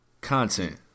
Content